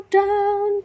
down